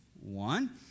One